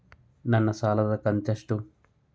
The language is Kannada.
ನನ್ನ ಸಾಲದು ಕಂತ್ಯಷ್ಟು?